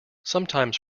sometimes